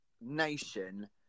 nation